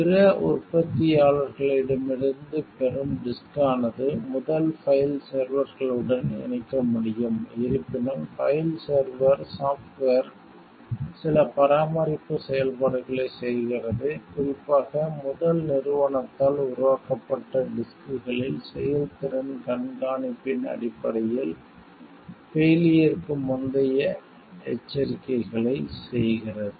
பிற உற்பத்தியாளர்களிடமிருந்து பெறும் டிஸ்க் ஆனது முதல் பைல் செர்வர்களுடன் இணைக்க முடியும் இருப்பினும் பைல் செர்வர் சாஃப்ட்வேர் சில பராமரிப்பு செயல்பாடுகளை செய்கிறது குறிப்பாக முதல் நிறுவனத்தால் உருவாக்கப்பட்ட டிஸ்க்களில் செயல்திறன் கண்காணிப்பின் அடிப்படையில் பெய்லியர்க்கு முந்தைய எச்சரிக்கைகளை செய்கிறது